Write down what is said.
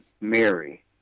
Mary